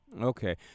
Okay